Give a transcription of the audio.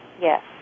Yes